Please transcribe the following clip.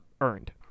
earned